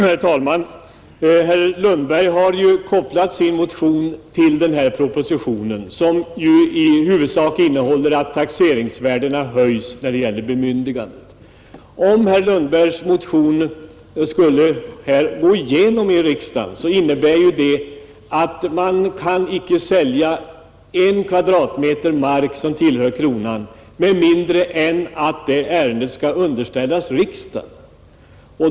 Herr talman! Herr Lundberg har kopplat sin motion till den föreliggande propositionen, som i huvudsak innehåller att taxeringsvärdena höjs när det gäller bemyndigandet. Om herr Lundbergs motion skulle antagas av riksdagen, så innebär detta att man icke kan sälja en kvadratmeter mark som tillhör Kronan med mindre än att ärendet skall underställas riksdagen.